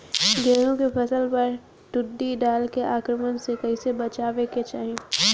गेहुँ के फसल पर टिड्डी दल के आक्रमण से कईसे बचावे के चाही?